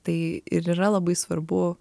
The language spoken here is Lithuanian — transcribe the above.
tai ir yra labai svarbu